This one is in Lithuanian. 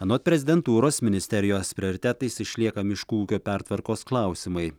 anot prezidentūros ministerijos prioritetais išlieka miškų ūkio pertvarkos klausimai